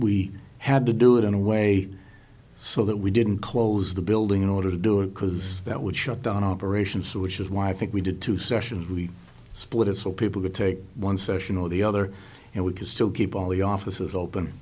we had to do it in a way so that we didn't close the building in order to do it because that would shut down operations which is why i think we did two sessions we split is for people to take one session or the other and we can still keep all the offices open